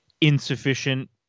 insufficient